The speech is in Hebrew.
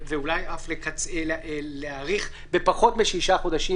ואולי אף להאריך בפחות משישה חודשים,